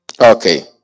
Okay